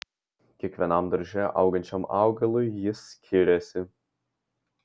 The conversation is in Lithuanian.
kiekvienam darže augančiam augalui jis skiriasi